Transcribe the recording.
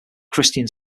christian